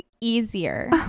easier